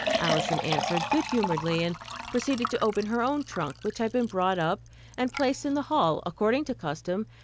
alison answered good-humoredly, and proceeded to open her own trunk, which had been brought up and placed in the hall, according to custom,